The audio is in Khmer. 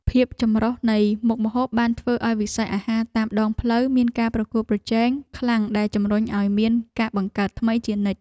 ភាពចម្រុះនៃមុខម្ហូបបានធ្វើឱ្យវិស័យអាហារតាមដងផ្លូវមានការប្រកួតប្រជែងខ្លាំងដែលជំរុញឱ្យមានការបង្កើតថ្មីជានិច្ច។